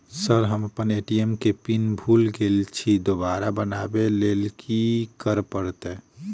Sir हम अप्पन ATM केँ पिन भूल गेल छी दोबारा बनाब लैल की करऽ परतै?